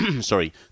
Sorry